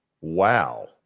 Wow